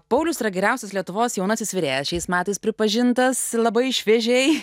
paulius yra geriausias lietuvos jaunasis virėjas šiais metais pripažintas labai šviežiai